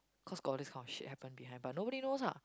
cause got this kind of shit happen behind nobody knows ah